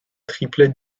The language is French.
triplet